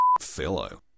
fellow